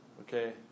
Okay